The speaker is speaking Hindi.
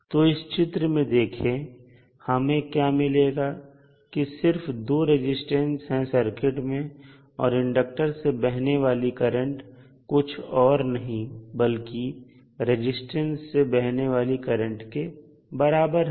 तो इस चित्र में देखें हमें क्या मिलेगा कि सिर्फ दो रेजिस्टेंस हैं सर्किट में और इंडक्टर से बहने वाली करंट कुछ और नहीं बल्कि रजिस्टेंस से बहने वाली करंट के बराबर है